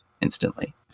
instantly